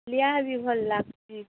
ଲିଆ ବି ଭଲ୍ ଲାଗୁଛି